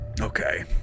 Okay